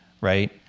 right